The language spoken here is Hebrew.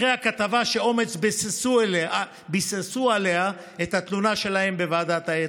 אחרי הכתבה שאומ"ץ ביססו עליה את התלונה שלהם בוועדת האתיקה.